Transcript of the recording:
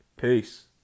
Peace